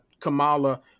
Kamala